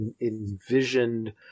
envisioned